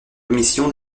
commission